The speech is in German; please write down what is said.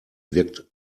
wirkt